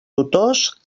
tutors